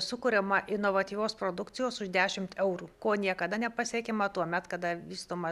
sukuriama inovatyvios produkcijos už dešimt eurų ko niekada nepasiekiama tuomet kada vystoma